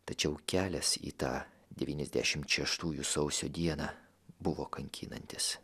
tačiau kelias į tą devyniasdešimt šeštųjų sausio dieną buvo kankinantis